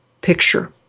picture